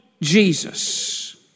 Jesus